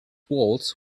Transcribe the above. walls